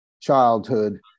childhood